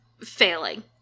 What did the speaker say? failing